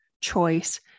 choice